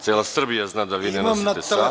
Cela Srbija zna da vi ne nosite sat.